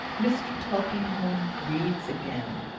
mr. tulkinghorn reads again.